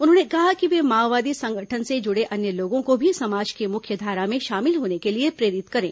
उन्होंने कहा कि वे माओवादी संगठन से जुड़े अन्य लोगों को भी समाज के मुख्यधारा में शामिल होने के लिए प्रेरित करें